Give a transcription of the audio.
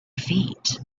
feet